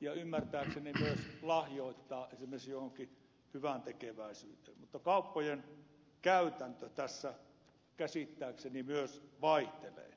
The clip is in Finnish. ja ymmärtääkseni myös lahjoittaa esimerkiksi johonkin hyväntekeväisyyteen mutta kauppojen käytäntö tässä käsittääkseni myös vaihtelee